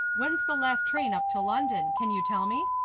when's the last train up to london? can you tell me?